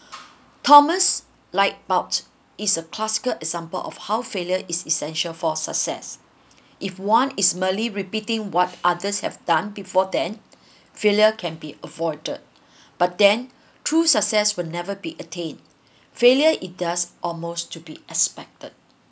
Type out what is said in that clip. thomas light bulb is a classic example of how failure is essential for success if one is merely repeating what others have done before then failure can be avoided but then true success will never be attained failure it does almost to be expected